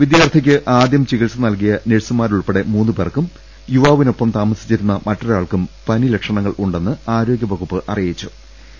വിദ്യാർത്ഥിക്ക് ആദ്യം ചികിത്സ നൽകിയ നഴ്സുമാരുൾപ്പെടെ മൂന്നുപേർക്കും യുവാവി നൊപ്പം താമസിച്ചിരുന്ന മറ്റൊരാൾക്കും പനി ലക്ഷണങ്ങൾ ഉണ്ടെന്ന് ആരോഗ്യവകുപ്പ് അറിയിച്ചു